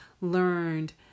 learned